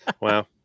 Wow